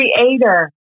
creator